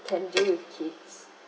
can deal with kids